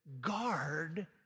Guard